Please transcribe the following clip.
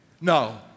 No